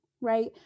right